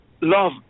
Love